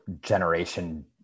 generation